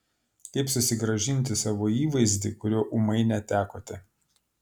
kaip susigrąžinti savo įvaizdį kurio ūmai netekote